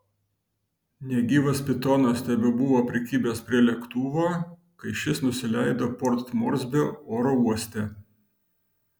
negyvas pitonas tebebuvo prikibęs prie lėktuvo kai šis nusileido port morsbio oro uoste